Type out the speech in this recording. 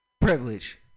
Privilege